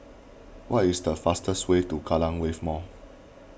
what is the fastest way to Kallang Wave Mall